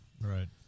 Right